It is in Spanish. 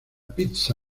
pizza